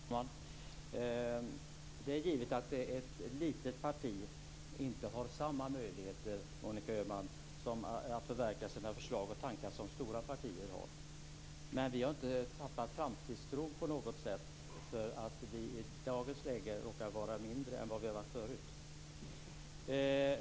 Fru talman! Det är givet att ett litet parti inte har samma möjligheter, Monica Öhman, att förverkliga sina förslag och tankar som stora partier har. Men vi har inte tappat framtidstron på något sett därför att vi i dagens läge råkar vara mindre än vad vi har varit förut.